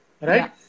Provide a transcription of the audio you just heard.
right